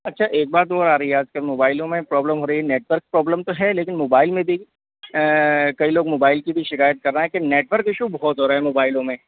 अच्छा एक बात ओर आ रही है आज कल मोबाइलों में प्रॉब्लम हो रही है नेटवर्क प्रॉब्लम तो है लेकिन मोबाइल में भी कई लोग मोबाइल की भी शिकायत कर रहे हैं कि नेटवर्क इशू बहुत हो रहे हैं मोबाइलो में